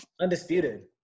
Undisputed